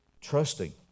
Trusting